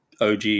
OG